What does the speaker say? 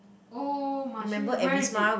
oh Marche where is it